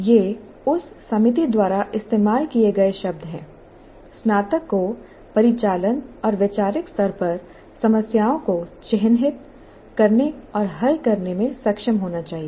ये उस समिति द्वारा इस्तेमाल किए गए शब्द हैं स्नातक को परिचालन और वैचारिक स्तर पर समस्याओं को चिह्नित करने और हल करने में सक्षम होना चाहिए